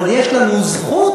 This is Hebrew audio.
אבל יש לנו זכות,